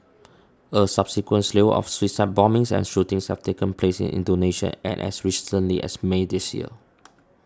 a subsequent slew of suicide bombings and shootings have taken place in Indonesia and as recently as May this year